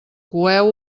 coeu